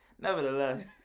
Nevertheless